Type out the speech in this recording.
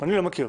אני לא מכיר.